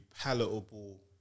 palatable